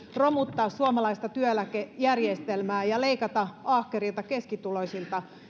romuttaa suomalaista työeläkejärjestelmää ja leikata ahkerilta keskituloisilta